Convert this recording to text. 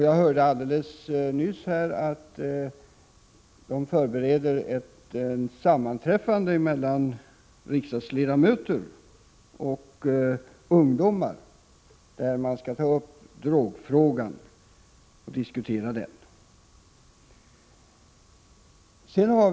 Jag hörde alldeles nyss att det förbereds ett sammanträffande mellan riksdagsledamöter och ungdomar, vid vilket man skall diskutera drogfrågan.